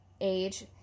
age